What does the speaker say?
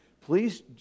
please